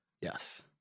yes